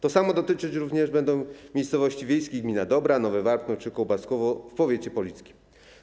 To samo dotyczyć również będzie miejscowości wiejskich gmin Dobra, Nowe Warpno czy Kołbaskowo w powiecie polickim.